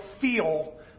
feel